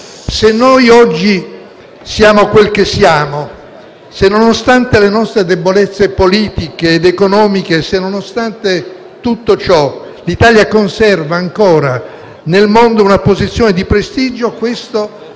Se noi siamo quel che siamo, se nonostante le nostre debolezze politiche ed economiche, se nonostante tutto ciò l'Italia conserva ancora nel mondo una posizione di prestigio, questo è